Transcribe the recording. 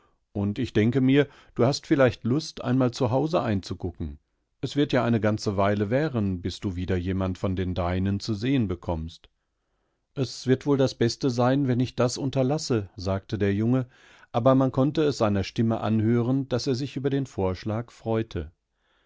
und ich denke mir du hast vielleicht lust einmal zu hause einzugucken es wird ja eine ganze weile währen bis du wieder jemand von den deinen zu sehen bekommst eswirdwohldasbestesein wennichdasunterlasse sagte der junge aber man konnte es seiner stimme anhören daß er sich über den vorschlagfreute